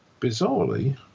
bizarrely